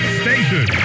station